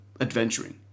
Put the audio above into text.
adventuring